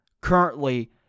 currently